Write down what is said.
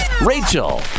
rachel